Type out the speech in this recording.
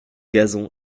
gazon